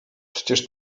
przecież